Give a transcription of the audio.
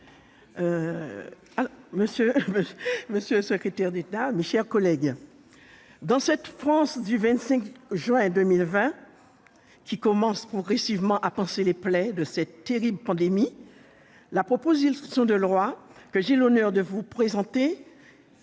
monsieur le secrétaire d'État, mes chers collègues, dans cette France du 25 juin 2020, qui commence progressivement à panser les plaies de cette terrible pandémie, la proposition de loi que j'ai l'honneur de vous présenter